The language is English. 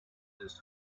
his